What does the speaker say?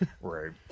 right